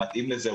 המתאים לזה,